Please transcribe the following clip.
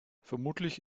vermutlich